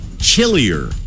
chillier